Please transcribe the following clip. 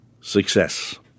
Success